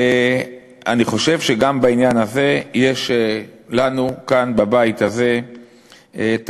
אני חושב שגם בעניין הזה יש לנו כאן בבית הזה תפקיד.